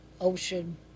ocean